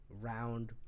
round